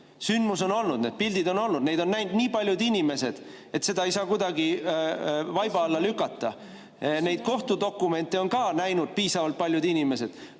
Sündmus on olnud, need pildid on olnud, neid on näinud nii paljud inimesed, et seda ei saa kuidagi vaiba alla lükata. Neid kohtudokumente on ka näinud piisavalt paljud inimesed.